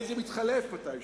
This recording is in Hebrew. הרי זה מתחלף מתישהו.